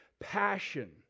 passion